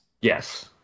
Yes